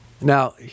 Now